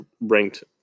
ranked